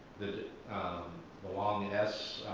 the long s